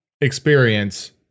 experience